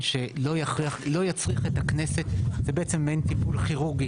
שלא יצריך את הכנסת זה בעצם מעין טיפול כירורגי,